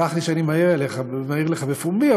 סלח לי שאני מעיר לך בפומבי,